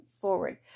forward